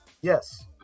Yes